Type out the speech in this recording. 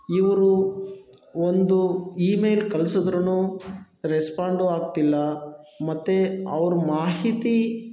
ಇವರು ಒಂದು ಇಮೇಲ್ ಕಳ್ಸದ್ರೂ ರೆಸ್ಪಾಂಡು ಆಗ್ತಿಲ್ಲ ಮತ್ತು ಅವ್ರು ಮಾಹಿತಿ